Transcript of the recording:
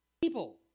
people